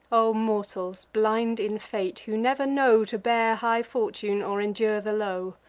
o mortals, blind in fate, who never know to bear high fortune, or endure the low!